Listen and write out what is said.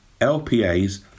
LPAs